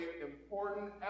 important